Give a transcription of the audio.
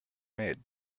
made